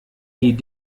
die